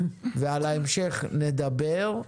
ועל ההמשך נדבר.